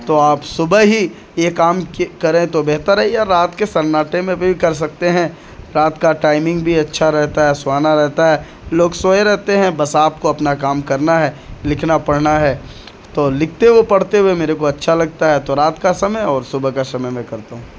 تو آپ صبح ہی یہ کام کریں تو بہتر ہے یا رات کے سناٹے میں بھی کر سکتے ہیں رات کا ٹائمنگ بھی اچھا رہتا ہے سہانا رہتا ہے لوگ سوئے رہتے ہیں بس آپ کو اپنا کام کرنا ہے لکھنا پڑھنا ہے تو لکھتے ہوئے پڑھتے ہوئے میرے کو اچھا لگتا ہے تو رات کا سمے اور صبح کا سمے میں کرتا ہوں